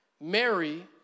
Mary